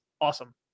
Awesome